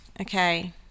okay